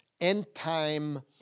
end-time